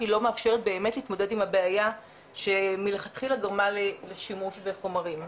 כי הוא לא מאפשר באמת להתמודד עם הבעיה שמלכתחילה גרמה לשימוש בחומרים.